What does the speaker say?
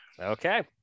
Okay